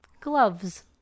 Gloves